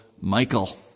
Michael